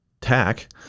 tack